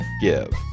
give